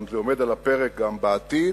וזה עומד על הפרק גם בעתיד,